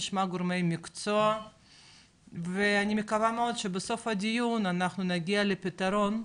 נשמע גורמי מקצוע ואני מקווה מאוד שבסוף הדיון אנחנו נגיע לפתרון,